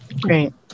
Great